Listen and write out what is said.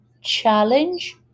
challenge